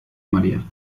maría